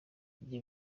ibyo